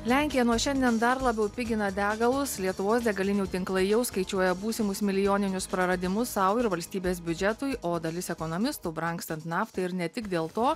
lenkija nuo šiandien dar labiau pigina degalus lietuvos degalinių tinklai jau skaičiuoja būsimus milijoninius praradimus sau ir valstybės biudžetui o dalis ekonomistų brangstant naftai ir ne tik dėl to